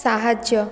ସାହାଯ୍ୟ